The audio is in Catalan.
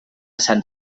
sant